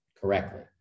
correctly